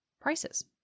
prices